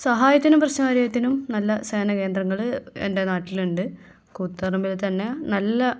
സഹായത്തിനും പ്രശ്നകാര്യത്തിനും നല്ല സഹനകേന്ദ്രങ്ങൾ എൻ്റെ നാട്ടിലുണ്ട് കൂത്ത്പറമ്പിൽ തന്നെ നല്ല